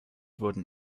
wurden